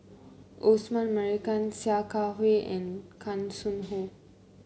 Osman Merican Sia Kah Hui and Hanson Ho